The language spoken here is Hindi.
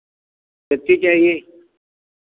कच्ची चाहिए